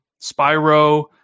Spyro